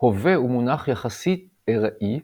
הווה הוא מונח יחסי ארעי,